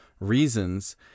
reasons